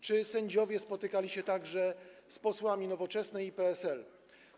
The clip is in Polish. Czy sędziowie spotykali się także z posłami Nowoczesnej i PSL-u?